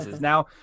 Now